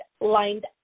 lined